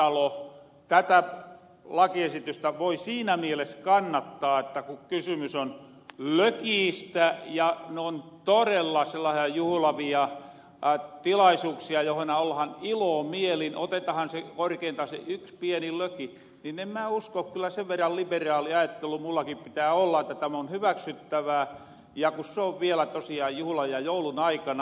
alatalo tätä lakiesitystä voi siinä mieles kannattaa että ku kysymys on lökiistä ja noon torella sellaasia juhulavia tilaisuuksia johona ollahan ilomielin otetahan korkeintaan se yks pieni löki nin em mää usko kyllä sen verra liperaali ajattelu mullakin pitää olla että tämoon hyväksyttävää ja ku soon vielä tosiaan juhulan ja joulun aikana